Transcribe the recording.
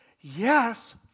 Yes